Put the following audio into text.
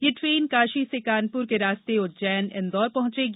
ये ट्रेन काशी से कानपुर के रास्ते उज्जैन इंदौर पहुंचेगी